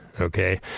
Okay